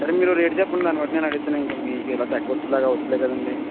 సరే మీరో రేట్ చెప్పండి దాన్ని బట్టి నేను అడుగుతాను ఇంకా మీకిలా తెగకొట్టేలాగా అవ్వడంలేదు కదండీ